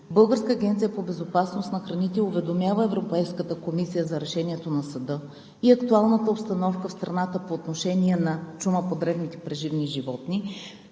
Българската агенция по безопасност на храните уведомява Европейската комисия за решението на съда и актуалната обстановка в страната по отношение на чума по дребните преживни животни,